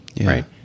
Right